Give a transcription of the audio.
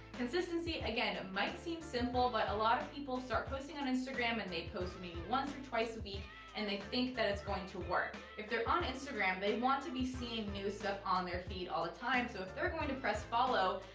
consistency, again, might seem simple, but a lot of people start posting on instagram and they post maybe once or twice a week and they think that it's going to work. if they're on instagram, they want to be seeing new stuff on their feed all the time, so if they're going to press follow,